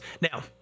now